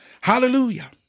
Hallelujah